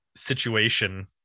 situation